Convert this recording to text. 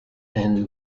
and